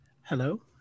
Hello